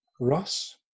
Ross